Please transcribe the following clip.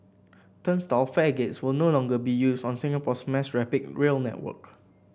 turnstile fare gates will no longer be used on Singapore's mass rapid rail network